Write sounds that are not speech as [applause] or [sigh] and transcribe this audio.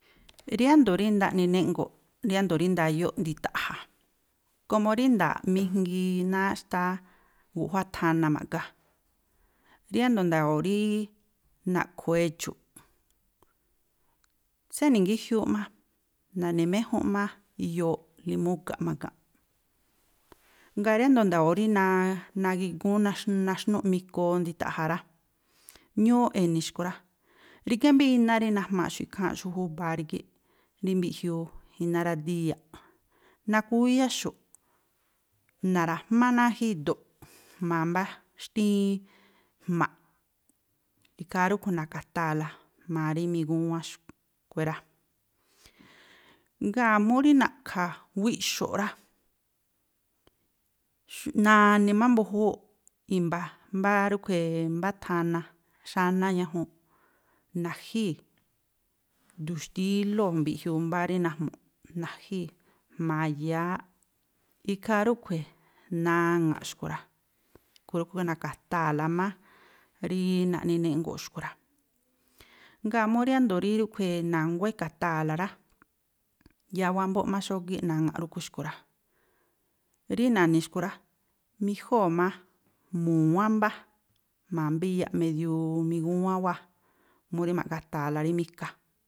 Riándo̱ rí naꞌni néꞌngo̱ꞌ, riándo̱ rí ndayóꞌ ndita̱ꞌja̱, komo rí nda̱a̱ mijngii náa̱ xtáá guꞌjuá thana ma̱ꞌgá. Riándo̱ nda̱yo̱o̱ rí naꞌkhu̱ edxu̱ꞌ, tséni̱ngíjiúúꞌ má, na̱ni̱méjúnꞌ má iyooꞌ limúu̱ ga̱ꞌ ma̱ga̱nꞌ. Ngáa̱ riándo̱ nda̱yo̱o̱ rí n, nagigúún, nax naxnúꞌ mikoo ndita̱ꞌja̱ rá. Ñúúꞌ e̱ni̱ xkui̱ rá, rígá mbá iná rí najmaꞌxu̱ꞌ ikháa̱nꞌxu̱ꞌ júba̱a rígíꞌ, rí mbiꞌjiuu "iná ra̱díyaꞌ", nakuá úyáxu̱ꞌ, na̱ra̱jmá náa̱ jído̱ꞌ jmba̱a mbá xtíín jma̱ꞌ. Ikhaa rúꞌkhui̱ na̱ka̱taa̱la jma̱a rí migúwán xkui̱ rá. Ngáa̱ mú rí na̱ꞌkha̱ wíꞌxo̱ꞌ rá, na̱ni̱ má mbu̱júúꞌ i̱mba̱, mbá rúꞌkhui̱, mbá thana xáná ñajuunꞌ, na̱jíi̱ "duun xtílóo̱" mbiꞌjiuu mbá rí najmu̱ꞌ, na̱jíi̱ jma̱a yááꞌ. Ikhaa rúꞌkhui̱ naŋa̱ꞌ xkui̱ rá. [unintelligible] na̱ka̱taa̱la má rí naꞌni jnéꞌngo̱ꞌ xkui̱ rá. Ngáa̱ mú riándo̱ rí ríꞌkhui̱ na̱nguá e̱ka̱taa̱la rá, yáá wámbó má xógíꞌ naŋa̱ꞌ rúꞌkhui̱ xkui̱ rá, rí na̱ni̱ xkui̱ rá, mijóo̱ má mu̱wán mbá, jma̱a mbá iyaꞌ medio migúwán wáa̱ mu rí ma̱gata̱a̱la rí mika.